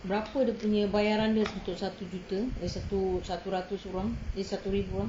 berapa dia punya bayaran dia untuk satu juta satu satu ratus orang eh satu ribu orang